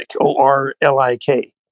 O-R-L-I-K